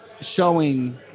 showing